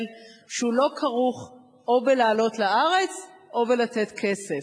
שאינו כרוך בלעלות לארץ או בלתת כסף.